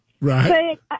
Right